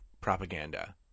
propaganda